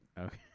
Okay